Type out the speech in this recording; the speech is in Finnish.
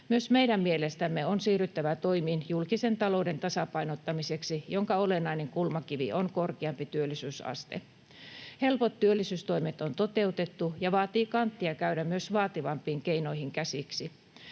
Myös meidän mielestämme on siirryttävä toimiin julkisen talouden tasapainottamiseksi, jonka olennainen kulmakivi on korkeampi työllisyysaste. Helpot työllisyystoimet on toteutettu, ja vaatii kanttia käydä myös vaativampiin keinoihin käsiksi.